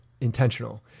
intentional